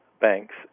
banks